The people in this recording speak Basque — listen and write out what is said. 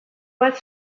bat